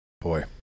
Boy